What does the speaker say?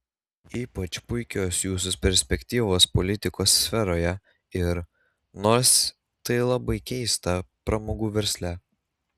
ypač puikios jūsų perspektyvos politikos sferoje ir nors tai labai keista pramogų versle